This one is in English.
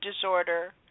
disorder